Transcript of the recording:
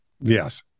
yes